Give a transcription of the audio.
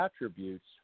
attributes